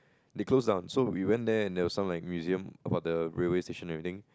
they close down so we went there and there was some like museum about the railway station everything